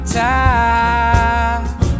time